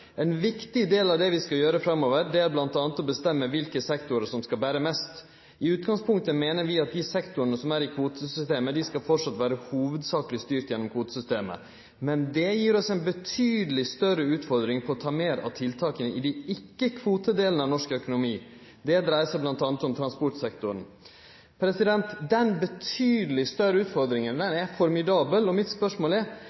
«En viktig del av det vi skal gjøre fremover, det er blant annet å bestemme hvilke sektorer som skal bære mest. I utgangspunktet mener vi at de sektorene som er i kvotesystemet, de skal fortsatt være hovedsakelig styrt gjennom kvotesystemet. Men det gir oss en betydelig større utfordring på å ta mer av tiltakene i de ikkekvotedelene av norsk økonomi. Det dreier seg blant annet om transportsektoren.» Den «betydelig større» utfordringa er